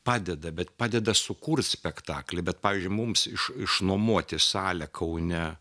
padeda bet padeda sukurt spektaklį bet pavyzdžiui mums iš išnuomoti salę kaune